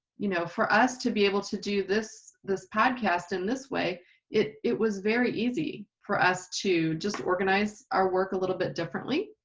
you know for us to be able to do this this podcast in this way it it was very easy for us to just organize our work a little bit differently